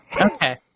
okay